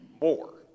more